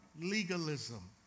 legalism